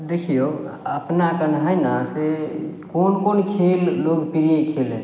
देखियौ अपना कन हइ नऽ से कोन कोन खेल लोकप्रिय खेल हइ